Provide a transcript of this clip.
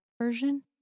version